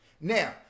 Now